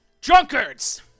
drunkards